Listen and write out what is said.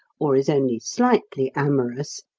or is only slightly amorous,